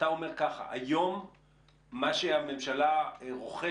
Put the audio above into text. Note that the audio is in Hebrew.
אתה אומר ככה: היום מה שהממשלה רוכשת,